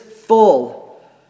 full